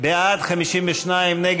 סתיו שפיר, איציק